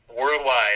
worldwide